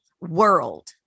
world